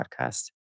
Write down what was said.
podcast